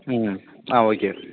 ம் ஆ ஓகே